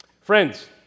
Friends